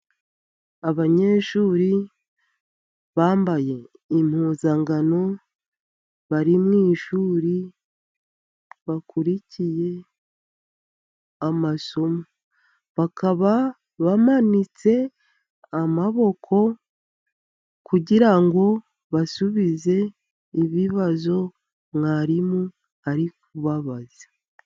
Abanyeshuri bambaye impuzankano bari mu ishuri, bakurikiye amasomo, bakaba bamanitse amaboko, kugira ngo basubize ibibazo mwarimu ari kubabaza.